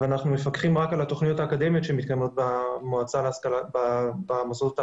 אבל אנחנו מפקחים רק על התוכניות האקדמיות שמתקיימות במוסדות האקדמיים.